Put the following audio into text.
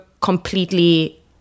completely